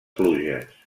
pluges